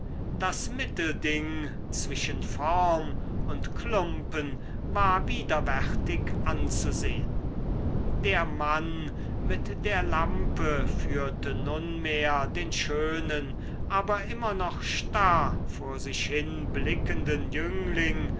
das mittelding zwischen form und klumpen war widerwärtig anzusehn der mann mit der lampe führte nunmehr den schönen aber immer noch starr vor sich hin blickenden jüngling